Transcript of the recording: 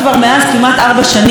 ויש לנו הרבה מאוד ניסיון,